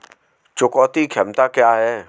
चुकौती क्षमता क्या है?